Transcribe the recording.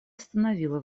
остановило